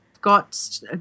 got